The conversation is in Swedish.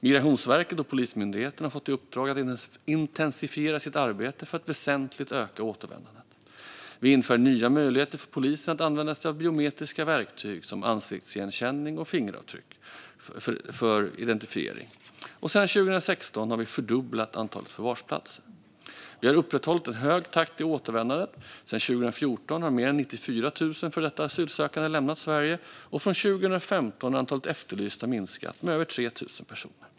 Migrationsverket och Polismyndigheten har fått i uppdrag att intensifiera sitt arbete för att väsentligt öka återvändandet. Vi inför nya möjligheter för polisen att använda sig av biometriska verktyg, som ansiktsigenkänning och fingeravtryck, för identifiering. Och sedan 2016 har vi fördubblat antalet förvarsplatser. Vi har upprätthållit en hög takt i återvändandet. Sedan 2014 har mer än 94 000 före detta asylsökande lämnat Sverige. Från 2015 har också antalet efterlysta minskat med över 3 000 personer.